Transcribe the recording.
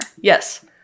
Yes